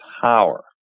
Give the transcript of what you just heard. power